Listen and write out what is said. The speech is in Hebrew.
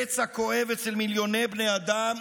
פצע כואב אצל מיליוני בני אדם,